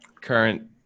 current